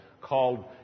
called